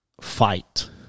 fight